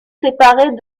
séparés